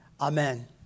Amen